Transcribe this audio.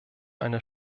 einer